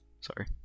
Sorry